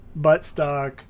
buttstock